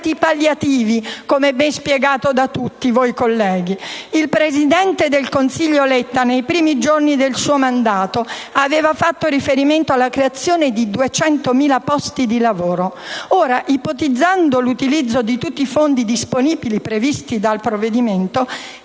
Il presidente del Consiglio Letta, nei primi giorni del suo mandato, aveva fatto riferimento alla creazione di 200.000 posti di lavoro. Ora, ipotizzando l'utilizzo di tutti i fondi disponibili previsti dal provvedimento,